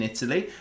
Italy